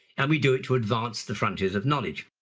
and we do it to advance the frontiers of knowledge.